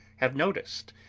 have noticed,